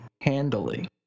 handily